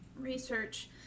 research